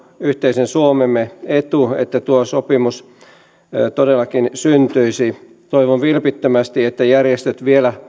yhteisen suomemme etu että tuo sopimus todellakin syntyisi toivon vilpittömästi että järjestöt vielä